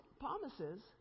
promises